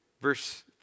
Verse